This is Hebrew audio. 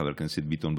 חבר הכנסת ביטון,